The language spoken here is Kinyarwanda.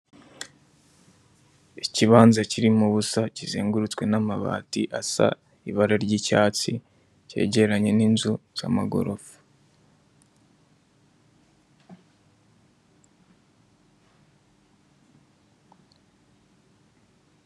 Ikibanza kirimo ubusa kizengurutswe n'amabati asa ibara ry'icyatsi cyegeranye n'inzu z'amagorofa.